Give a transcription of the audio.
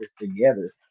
together